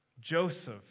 Joseph